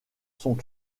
sont